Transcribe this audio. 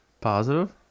Positive